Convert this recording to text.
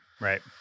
right